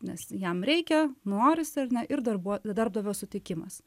nes jam reikia norisi ar ne ir darbuo darbdavio sutikimas